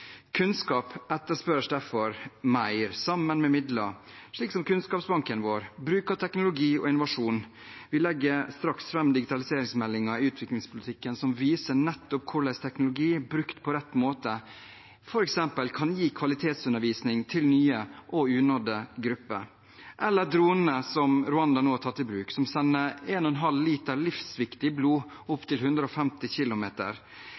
Kunnskap etterspørres derfor mer sammen med midler, slik som Kunnskapsbanken vår, bruk av teknologi og innovasjon – vi legger straks fram digitaliseringsmeldingen i utviklingspolitikken som viser nettopp hvordan teknologi brukt på rett måte f.eks. kan gi kvalitetsundervisning til nye og unådde grupper – eller dronene som Rwanda nå har tatt i bruk, som sender 1,5 liter livsviktig blod opptil 150 km,